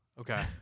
Okay